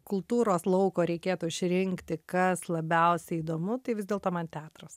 kultūros lauko reikėtų išrinkti kas labiausiai įdomu tai vis dėlto man teatras